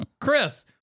Chris